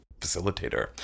facilitator